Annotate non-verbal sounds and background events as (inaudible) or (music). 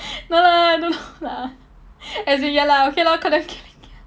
no lah I don't know lah (laughs) as in ya lah okay lor call them keling kia